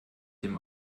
dem